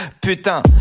Putain